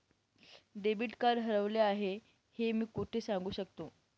Debit card हरवले आहे हे मी कोठे सांगू शकतो?